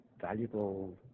valuable